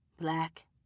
Black